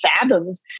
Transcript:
fathomed